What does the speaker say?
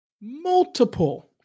multiple